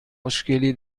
مشکلی